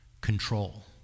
control